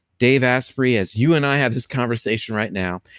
dave asprey, as you and i have this conversation right now,